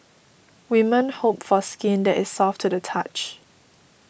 women hope for skin that is soft to the touch